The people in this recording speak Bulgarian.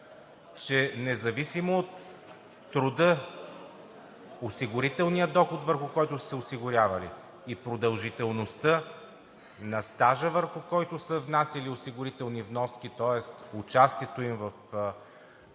че независимо от труда, осигурителния доход, върху който са се осигурявали и продължителността на стажа, върху който са внасяли осигурителни вноски, тоест участието им в